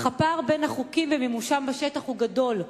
אך הפער בין החוקים ומימושם בשטח הוא גדול,